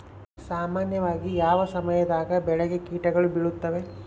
ಸಾಮಾನ್ಯವಾಗಿ ಯಾವ ಸಮಯದಾಗ ಬೆಳೆಗೆ ಕೇಟಗಳು ಬೇಳುತ್ತವೆ?